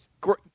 Great